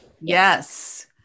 Yes